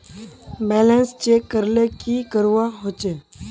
Balance check करले की करवा होचे?